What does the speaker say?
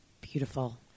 Beautiful